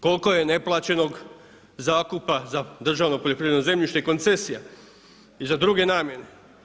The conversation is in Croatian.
Koliko je neplaćenog zakupa za državno poljoprivredno zemljište i koncesije i za druge namjene?